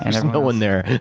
and no one there.